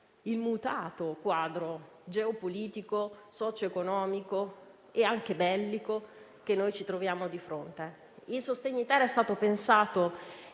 il mutato quadro geopolitico, socioeconomico e anche bellico che ci troviamo di fronte. Il sostegni-*ter* è stato pensato